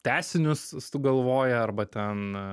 tęsinius sugalvoja arba ten